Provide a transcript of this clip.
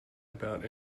about